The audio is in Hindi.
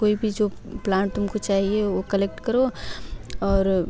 कोई भी जो प्लांट तुम को चाहिए वो कलेक्ट करो और